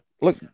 Look